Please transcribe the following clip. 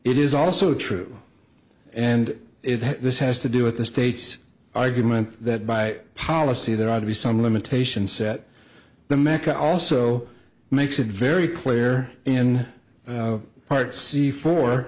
it is also true and it has this has to do with the state's argument that by policy there ought to be some limitation set the meca also makes it very clear in part c four